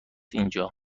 اینجا